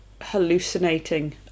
hallucinating